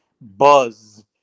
buzz